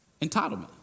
Entitlement